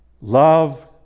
love